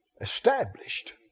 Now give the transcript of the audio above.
Established